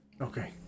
Okay